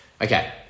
Okay